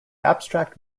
abstract